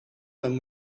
him